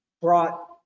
brought